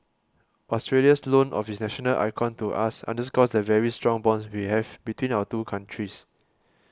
Australia's loan of its national icon to us underscores the very strong bonds we have between our two countries